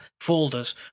folders